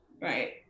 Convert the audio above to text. right